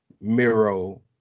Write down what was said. Miro